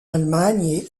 allemagne